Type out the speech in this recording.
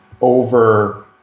over